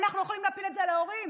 אנחנו לא יכולים להפיל את זה על ההורים.